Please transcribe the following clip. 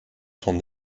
son